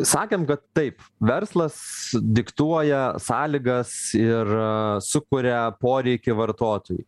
sakėm kad taip verslas diktuoja sąlygas ir sukuria poreikį vartotojui